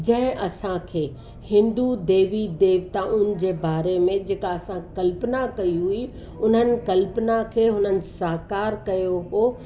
जंहिं असांखे हिंदू देवी देवताउनि जे बारे में जेका असां कल्पना कई हुई उन्हनि कल्पना खे हुननि साकार कयो हो